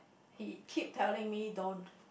he keep telling me don't